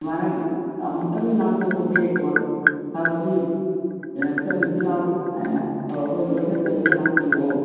ꯁꯨꯃꯥꯏꯅ ꯑꯃꯨꯛꯇꯪ ꯂꯥꯡꯊꯣꯛꯄꯁꯦ ꯋꯥꯈꯜ ꯐꯕꯅꯤ ꯆꯠꯂꯨꯁꯤ ꯂꯥꯎ ꯍꯥꯏꯅ ꯇꯧꯔꯒ ꯂꯣꯏꯅ ꯄꯨꯔꯒ ꯂꯥꯛꯄꯤꯔꯛꯑꯣ